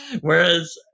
whereas